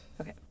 okay